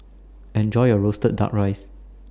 Enjoy your Roasted Duck Rice